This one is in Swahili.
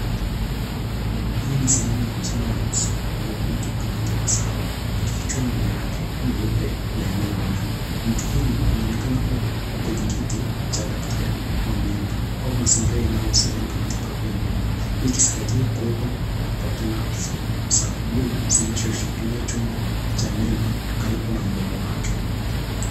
Hii ni sehemu ya jini ya uso wa mtu anayetabasamu akifichua meno yake meupe na yanayongaa. Mtu huyu anaonekana kuwa kwenye kiti cha daktari wa meno au mazingira yanaohusiana na matibabu ya meno ikizingatiwa kuwepo na klabu za bluu zinazo shikilia chumbo cha meno karibu na mdomo wake.